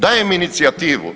Dajem inicijativu.